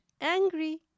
angry